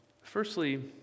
Firstly